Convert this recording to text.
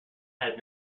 had